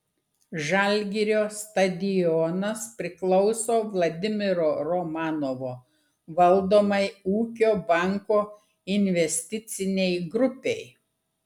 žalgirio stadionas priklauso vladimiro romanovo valdomai ūkio banko investicinei grupei